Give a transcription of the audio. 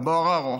אבו עראר,